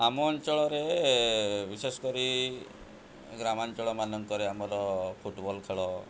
ଆମ ଅଞ୍ଚଳରେ ବିଶେଷ କରି ଗ୍ରାମାଞ୍ଚଳମାନଙ୍କରେ ଆମର ଫୁଟ୍ବଲ୍ ଖେଳ